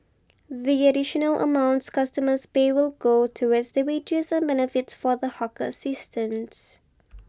the additional amounts customers pay will go towards the wages and benefits for the hawker assistants